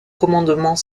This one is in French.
commandement